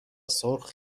سرخ